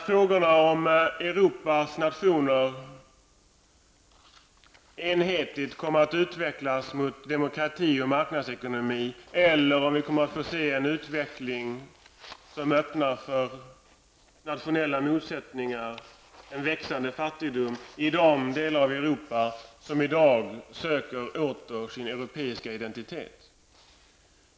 Frågan är om Europas nationer enhetligt kommer att utvecklas mot demokrati och marknadsekonomi, eller om vi kommer att få se en utveckling som öppnar för nationella motsättningar och växande fattigdom i de delar av Europa som i dag åter söker sin europeiska identitet.